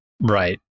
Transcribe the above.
right